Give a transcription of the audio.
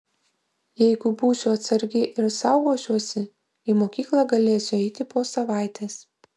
jeigu būsiu atsargi ir saugosiuosi į mokyklą galėsiu eiti po savaitės